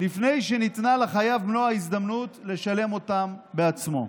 לפני שניתנה לחייב מלוא ההזדמנות לשלם אותם בעצמו.